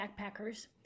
backpackers